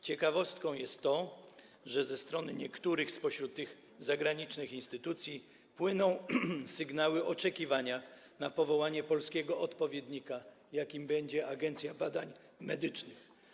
Ciekawostką jest to, że ze strony niektórych spośród tych zagranicznych instytucji płyną sygnały oczekiwania na powołanie polskiego odpowiednika, jakim będzie Agencja Badań Medycznych.